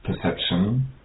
perception